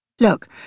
Look